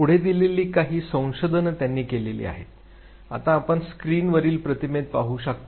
पुढे दिलेलं काही संशोधन त्यांनी केले आहे आता आपण स्क्रीनवरील प्रतिमेत पाहू शकता